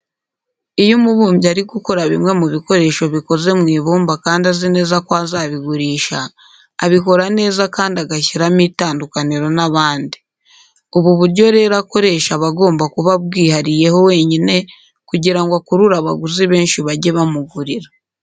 Iyo umubumbyi ari gukora bimwe mu bikoresho bikoze mu ibumba kandi azi neza ko azabigurisha, abikora neza kandi agashyiramo itandukaniro n'abandi. Ubu buryo rero akoresha aba agomba kuba abwihariyeho wenyine kugira ngo akurure abaguzi benshi bajye bamugurira.